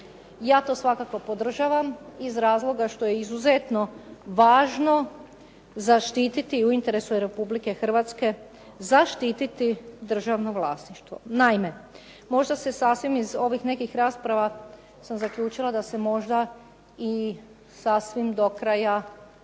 Ja to svakako podržavam iz razloga što je izuzetno važno zaštiti i u interesu je Republike Hrvatske zaštiti državno vlasništvo. Naime, možda se sasvim iz ovih nekih rasprava sam zaključila da se možda i sasvim do kraja,